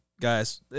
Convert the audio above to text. guys